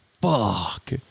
fuck